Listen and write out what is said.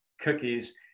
cookies